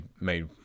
made